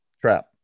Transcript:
trap